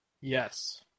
Yes